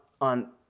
on